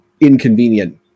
inconvenient